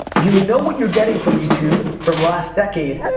you know what you're getting from youtube from last decade.